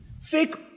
Fake